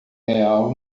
real